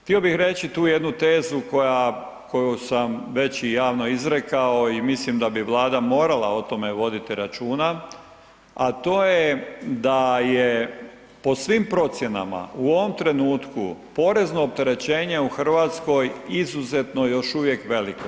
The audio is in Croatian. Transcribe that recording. Htio bih reći tu jednu tezu koja koju sam već i javno izrekao i mislim da bi Vlada morala o tome voditi računa, a to je da je po svim procjenama u ovom trenutku porezno opterećenje u Hrvatskoj izuzetno još uvijek veliko.